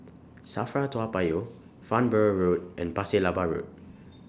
SAFRA Toa Payoh Farnborough Road and Pasir Laba Road